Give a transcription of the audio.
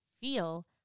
feel